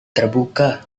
terbuka